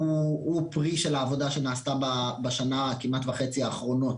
פרי של העבודה שנעשתה בשנה הכמעט וחצי האחרונות?